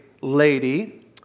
lady